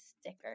sticker